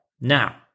Now